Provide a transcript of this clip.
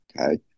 okay